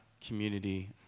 community